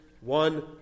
one